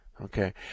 Okay